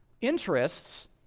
interests